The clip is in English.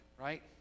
right